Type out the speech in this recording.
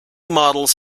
models